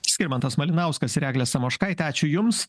skirmantas malinauskas ir eglė samoškaitė ačiū jums